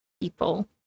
people